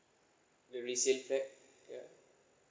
the resale flat yeah